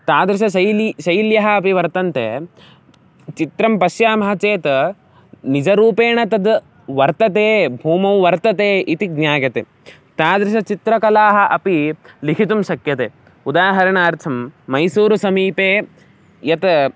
तादृशी शैली शैल्यः अपि वर्तन्ते चित्रं पश्यामः चेत् निजरूपेण तद् वर्तते भूमौ वर्तते इति ज्ञायते तादृशचित्रकलाः अपि लिखितुं शक्यते उदाहरणार्थं मैसूरुसमीपे यत्